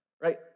right